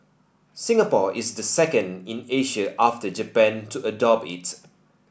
Singapore is the second in Asia after Japan to adopt it